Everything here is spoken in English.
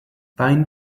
find